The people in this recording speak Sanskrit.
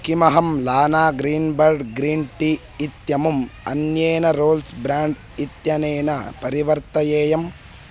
किमहं लाना ग्रीन्बर्ड् ग्रीन् टी इत्यमुम् अन्येन रोल्स् ब्राण्ड् इत्यनेन परिवर्तयेयम्